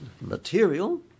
material